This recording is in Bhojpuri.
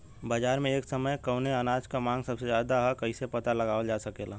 बाजार में एक समय कवने अनाज क मांग सबसे ज्यादा ह कइसे पता लगावल जा सकेला?